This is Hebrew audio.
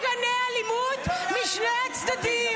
אני מגנה אלימות משני הצדדים.